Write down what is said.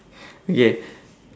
okay